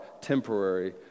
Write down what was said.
temporary